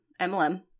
MLM